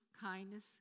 kindness